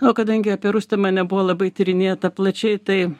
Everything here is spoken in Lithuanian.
o kadangi apie rustemą nebuvo labai tyrinėta plačiai tai